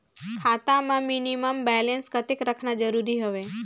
खाता मां minimum balance कतेक रखना जरूरी हवय?